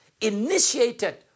initiated